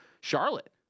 Charlotte